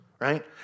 right